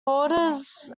borders